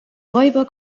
räuber